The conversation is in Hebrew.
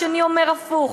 והשני אומר הפוך,